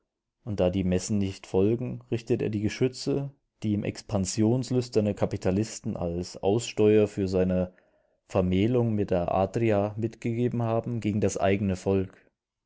und da die massen nicht folgen richtet er die geschütze die ihm expansionslüsterne kapitalisten als aussteuer für seine vermählung mit der adria mitgegeben haben gegen das eigene volk